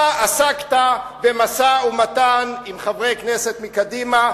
אתה עסקת במשא-ומתן עם חברי כנסת מקדימה,